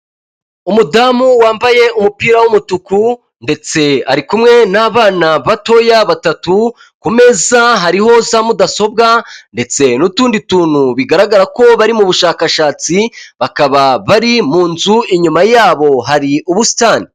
Umudamu wambaye umupira w'umutuku, ndetse ari kumwe n'abana batoya batatu ku meza hariho za mudasobwa, ndetse nutundi tuntu bigaragara ko bari mu bushakashatsi, bakaba bari mu nzu inyuma yabo hari ubusitani.